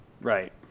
Right